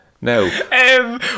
No